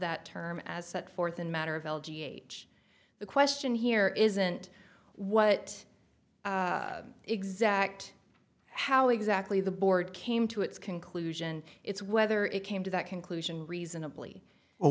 that term as set forth in matter of elegy age the question here isn't what exact how exactly the board came to its conclusion it's whether it came to that conclusion reasonably